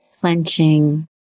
Clenching